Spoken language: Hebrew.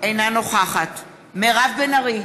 אינה נוכחת מירב בן ארי,